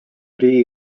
riigi